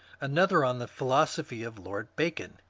another on the philosophy of lord bacon.